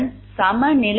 தனிப்பட்ட